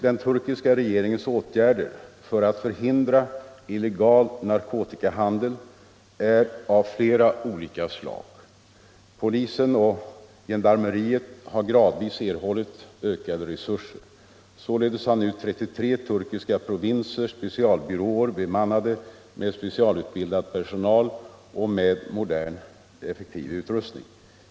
Den turkiska regeringens åtgärder för att förhindra illegal narkotikahandel är av flera olika slag. Polisen och gendarmeriet har gradvis erhållit ökade resurser. Således har nu 33 turkiska provinser specialbyråer bemannade med specialutbildad personal och med modern, effektiv utrustning.